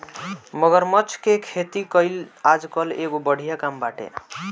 मगरमच्छ के खेती कईल आजकल एगो बढ़िया काम बाटे